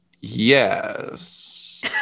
Yes